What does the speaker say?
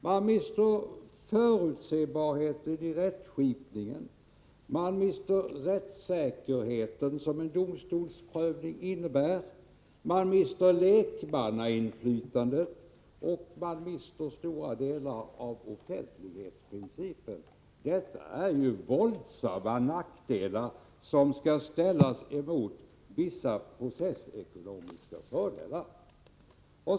Man mister förutsebarheten i rättsskipningen, man mister rättssäkerheten som en domstolsprövning innebär, man mister lekmannainflytandet och man mister stora delar av offentlighetsprincipen. Detta är ju våldsamma nackdelar, som skall ställas mot vissa processekonomiska fördelar.